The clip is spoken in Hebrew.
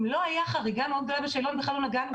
אם לא הייתה חריגה גדולה בשאלון אז בכלל לא נגענו בו.